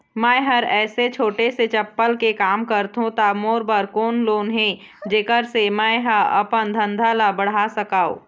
मैं हर ऐसे छोटे से चप्पल के काम करथों ता मोर बर कोई लोन हे जेकर से मैं हा अपन धंधा ला बढ़ा सकाओ?